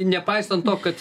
nepaisant to kad